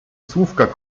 słówka